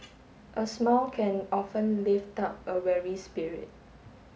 a smile can often lift up a weary spirit